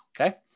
okay